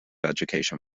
education